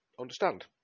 understand